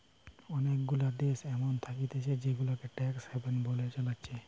অনেগুলা দেশ এমন থাকতিছে জেগুলাকে ট্যাক্স হ্যাভেন বলে চালাচ্ছে